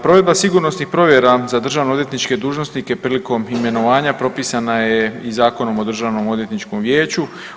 Provedba sigurnosnih provjera za državno odvjetničke dužnosnike prilikom imenovanja propisana je i Zakonom o državnom odvjetničkom vijeću.